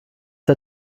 der